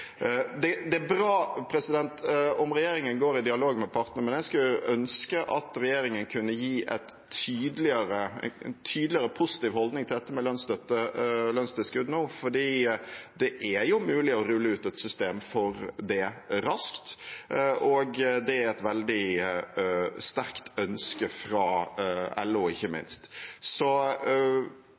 Det er bra om regjeringen går i dialog med partene, men jeg skulle ønske at regjeringen kunne kommet med en tydeligere positiv holdning til lønnsstøtte og lønnstilskudd nå, for det er mulig å rulle ut et system for det raskt. Det er ikke minst også et veldig sterkt ønske om det fra LO.